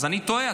אז אני טועה?